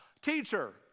Teacher